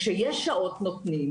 כשיש שעות, נותנים.